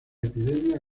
epidemia